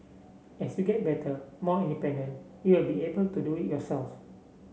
as you get better more independent you will be able to do yourself